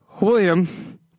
William